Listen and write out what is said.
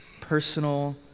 personal